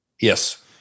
yes